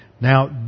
Now